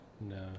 no